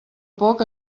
poc